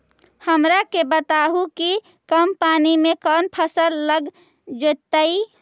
हमरा के बताहु कि कम पानी में कौन फसल लग जैतइ?